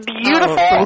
beautiful